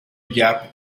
gap